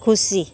ଖୁସି